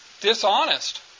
Dishonest